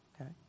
Okay